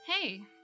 hey